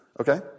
Okay